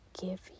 give